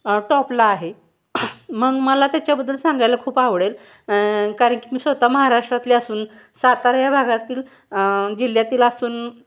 टॉपला आहे मग मला त्याच्याबद्दल सांगायला खूप आवडेल कारणकी मी स्वतः महाराष्ट्रातली असून सातारा ह्या भागातील जिल्ह्यातील असून